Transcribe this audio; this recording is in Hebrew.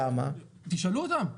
תשאלו אותם.